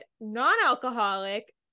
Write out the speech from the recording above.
non-alcoholic